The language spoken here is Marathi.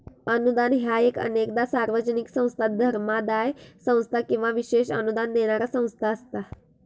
अनुदान ह्या अनेकदा सार्वजनिक संस्था, धर्मादाय संस्था किंवा विशेष अनुदान देणारा संस्था असता